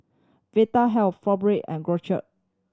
Vitahealth Fibogel and